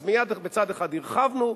אז מצד אחד הרחבנו,